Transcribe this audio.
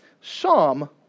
Psalm